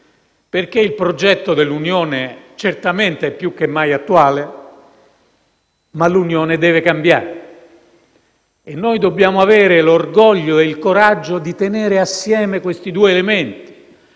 europeo. Il progetto dell'Unione certamente è più che mai attuale, ma l'Unione deve cambiare. Noi dobbiamo avere l'orgoglio e il coraggio di tenere assieme questi due elementi,